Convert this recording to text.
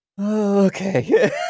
Okay